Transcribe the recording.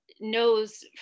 knows